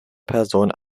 personen